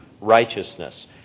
righteousness